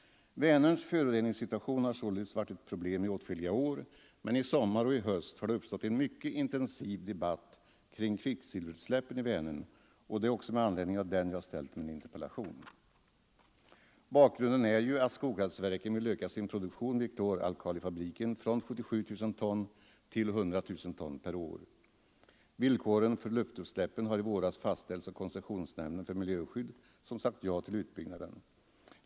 Vänerns föroreningssituation har således varit ett problem i åtskilliga år, men i sommar och i höst har det uppstått en mycket intensiv debatt kring kvicksilverutsläppen i Vänern, och det är med anledning av den som jag har ställt min interpellation. Bakgrunden är att Skoghallsverken vill öka sin produktion vid kloralkalifabriken från 77 000 ton till 100 000 ton per år. Villkoren för luftutsläppen har i våras fastställts av koncessionsnämnden för miljöskydd, som har sagt ja till utbyggnaden.